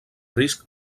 risc